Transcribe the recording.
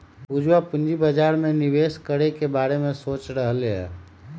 पूजवा पूंजी बाजार में निवेश करे के बारे में सोच रहले है